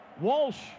Walsh